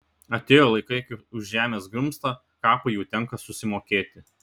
atėjo laikai kai už žemės grumstą kapui jau tenka susimokėti